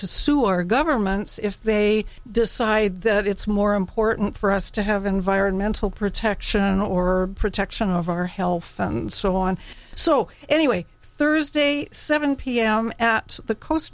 to sue our governments if they decide that it's more important for us to have environmental protection or protection of our health and so on so anyway thursday seven pm at the coast